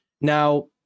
now